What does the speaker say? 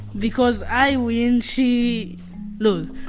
because i win, she lose.